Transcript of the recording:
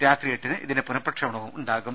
രാത്രി എട്ടിന് ഇതിന്റെ പുനഃപ്രക്ഷേപണവും ഉണ്ടാകും